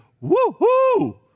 woo-hoo